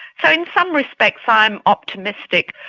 so in some respects i am optimistic.